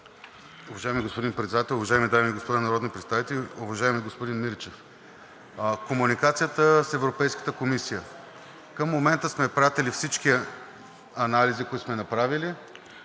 Уважаеми господин Председател, уважаеми дами и господа народни представители, уважаеми господин Мирчев! За комуникацията с Европейската комисия. В момента сме изпратили всички анализи, които сме направили,